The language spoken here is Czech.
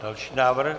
Další návrh.